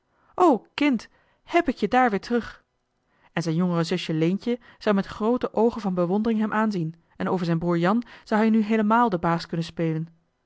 kind hèb ik je daar weer terug en z'n jongere zusje leentje zou joh h been paddeltje de scheepsjongen van michiel de ruijter met groote oogen van bewondering hem aanzien en over z'n broer jan zou hij nu heelemaal den baas kunnen spelen